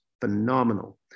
phenomenal